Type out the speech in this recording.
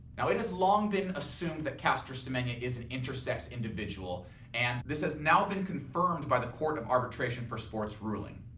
now it has long been assumed that caster semenya is an intersex individual and this has now been confirmed by the court of arbitration for sport's ruling.